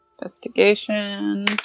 Investigation